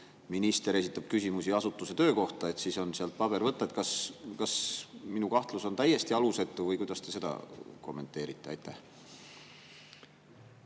minister esitab küsimusi asutuse töö kohta, siis on sealt paber võtta. Kas minu kahtlus on täiesti alusetu või kuidas te seda kommenteerite? Aitäh,